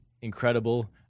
incredible